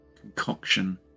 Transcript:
concoction